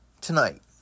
Tonight